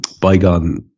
bygone